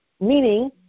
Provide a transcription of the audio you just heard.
Meaning